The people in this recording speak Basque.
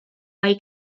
bai